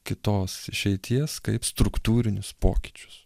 kitos išeities kaip struktūrinius pokyčius